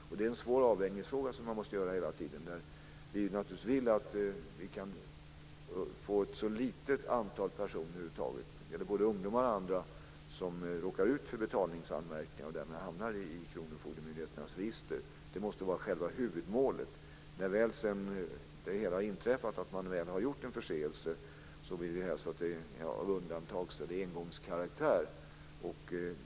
Man måste hela tiden göra denna svåra avvägning. Vi vill naturligtvis att det ska vara ett så litet antal personer som möjligt som råkar ut för betalningsanmärkningar och därmed hamnar i kronofogdemyndigheternas register - det gäller både ungdomar och andra. Det måste vara själva huvudmålet. Om man sedan har gjort sig skyldig till en förseelse vill vi helst att den ska vara av undantags eller engångskaraktär.